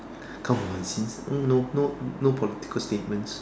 come on see uh no no no political statements